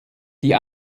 die